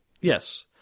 Yes